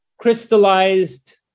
Crystallized